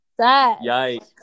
Yikes